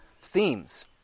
themes